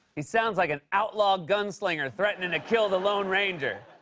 he sounds like an outlaw gunslinger threatening to kill the lone ranger.